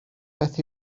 beth